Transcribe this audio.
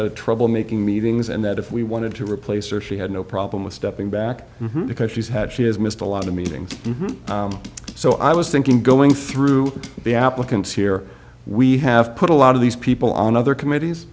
had trouble making meetings and that if we wanted to replace or she had no problem with stepping back because she's had she has missed a lot of meetings so i was thinking going through the applicants here we have put a lot of these people on other committees